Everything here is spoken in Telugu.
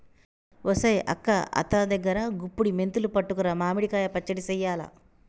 ఒసెయ్ అక్క అత్త దగ్గరా గుప్పుడి మెంతులు పట్టుకురా మామిడి కాయ పచ్చడి సెయ్యాల